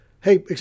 Hey